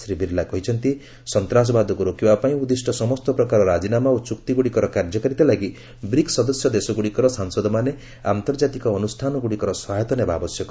ଶ୍ରୀ ବିର୍ଲା କହିଚ୍ଚନ୍ତି ସନ୍ତାସବାଦକୁ ରୋକିବା ପାଇଁ ଉଦ୍ଦିଷ୍ଟ ସମସ୍ତ ପ୍ରକାର ରାଜିନାମା ଓ ଚୁକ୍ତିଗୁଡ଼ିକର କାର୍ଯ୍ୟକାରିତା ଲାଗି ବ୍ରିକ୍ସ ସଦସ୍ୟ ଦେଶଗୁଡ଼ିକର ସାଂସଦମାନେ ଆନ୍ତର୍ଜାତିକ ଅନୁଷ୍ଠାନଗୁଡ଼ିକର ସହାୟତା ନେବା ଆବଶ୍ୟକ